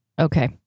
okay